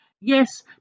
Yes